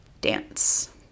dance